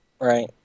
Right